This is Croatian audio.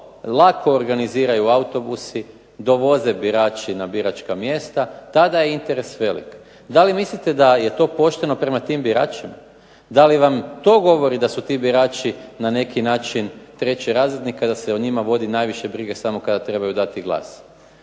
lako organiziraju autobusi, dovoze birači na biračka mjesta. Tada je interes velik. Da li mislite da je to pošteno prema tim biračima? Da li vam to govori da su ti birači na neki način trećerazredni kada se o njima vodi najviše brige samo kada trebaju dati glas.